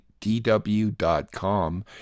dw.com